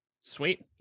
Sweet